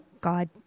God